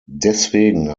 deswegen